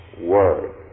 word